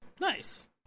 Nice